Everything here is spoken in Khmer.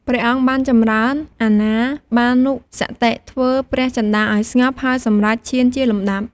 ព្រះអង្គបានចំរើនអានាបានុស្សតិ ធ្វើព្រះចិន្តាឲ្យស្ងប់ ហើយសម្រេចឈានជាលំដាប់។